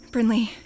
Brinley